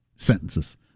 Sentences